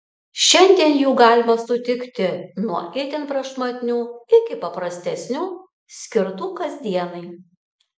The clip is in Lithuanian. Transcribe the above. šiandien jų galima sutikti nuo itin prašmatnių iki paprastesnių skirtų kasdienai